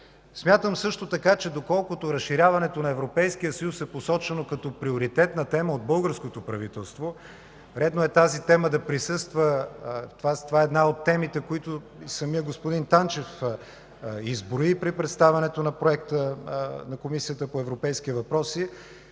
Смятам също така, че доколкото разширяването на Европейския съюз е посочено като приоритетна тема от българското правителство, редно е тази тема да присъства. Това е една от темите, които самият господин Танчев изброи при представянето на Проекта в Комисията по европейските въпроси.